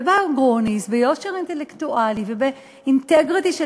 ובא גרוניס ביושר אינטלקטואלי ובאינטגריטי של